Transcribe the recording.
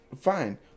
Fine